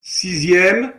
sixième